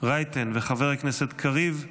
רייטן וחבר הכנסת קריב,